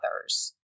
others